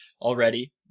already